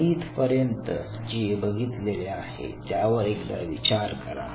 आपण इथपर्यंत जे बघितलेले आहे त्यावर एकदा विचार करा